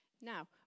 Now